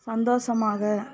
சந்தோஷமாக